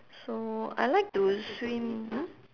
so I like to swim mm